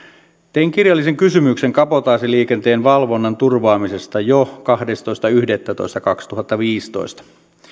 tein kirjallisen kysymyksen kabotaasiliikenteen valvonnan turvaamisesta jo kahdestoista yhdettätoista kaksituhattaviisitoista